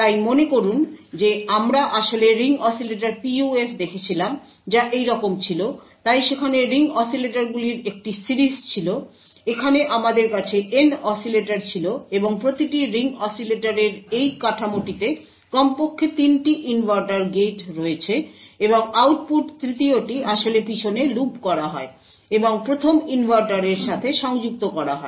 তাই মনে করুন যে আমরা আসলে রিং অসিলেটর PUF দেখেছিলাম যা এইরকম ছিল তাই সেখানে রিং অসিলেটরগুলির একটি সিরিজ ছিল এখানে আমাদের কাছে N অসিলেটর ছিল এবং প্রতিটি রিং অসিলেটরের এই কাঠামোটিতে কমপক্ষে 3টি ইনভার্টার গেট রয়েছে এবং আউটপুট 3য়টি আসলে পিছনে লুপ করা হয় এবং 1ম ইনভার্টারের সাথে সংযুক্ত করা হয়